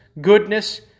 goodness